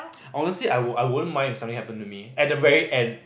honestly I won't I won't mind if something happen to me at the very end